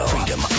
Freedom